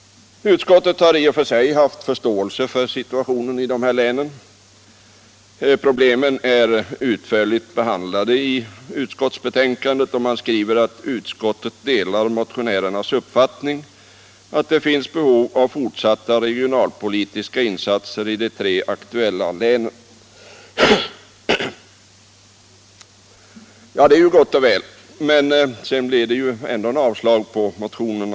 Utskottet har i och för sig haft förståelse för situationen i de här länen. Problemen är utförligt behandlade i utskottets betänkande, och man skriver att utskottet delar motionärernas uppfattning att det finns behov av fortsatta regionalpolitiska insatser i de tre aktuella länen. Det är gott och väl, men sedan föreslår utskottet naturligtvis ändå avslag på motionen.